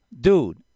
Dude